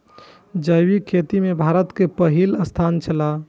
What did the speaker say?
जैविक खेती में भारत के पहिल स्थान छला